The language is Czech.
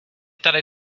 tady